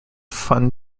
fun